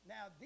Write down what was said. Now